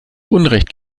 unrecht